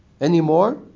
anymore